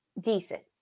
decent